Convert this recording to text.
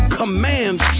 commands